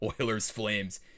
Oilers-Flames